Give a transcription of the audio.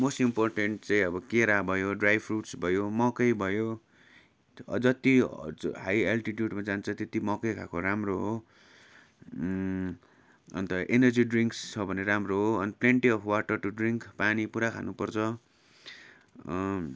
most important चाहिँ अब केरा भयो ड्राई फ्रुट्स भयो मकै भयो जति हाई एल्टिटिउडमा जान्छ त्यति मकै खाएको राम्रो हो अन्त एनर्जी ड्रिङ्क्स छ भने राम्रो हो अनि plenty of water to drink पानी पुरा खानुपर्छ